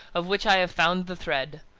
of which i have found the thread.